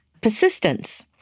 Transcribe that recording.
persistence